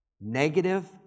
Negative